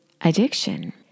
addiction